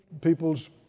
people's